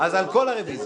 אז על כל הרביזיות?